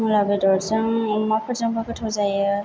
मुला बेदरजों अमा फोरजोंबो गोथाव जायो